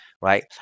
right